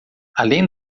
além